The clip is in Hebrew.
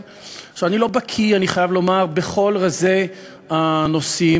בכפוף להתחייבות המציע להצמיד את הצעתו להצעת החוק של משרד המשפטים,